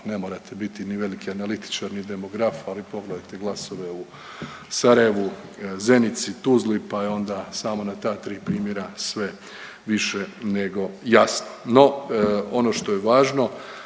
Ne morate biti ni veliki analitičar, ni demograf, ali pogledajte glasove u Sarajevu, Zenici, Tuzli, pa i onda samo na ta tri primjera sve više nego jasno. No, ono što je važno,